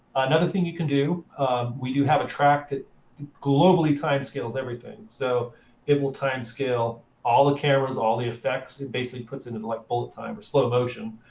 another thing you can do we do have a track that globally time scales everything. so it will time scale all the cameras, all the effects. it basically puts it into like bullet time, or slow motion.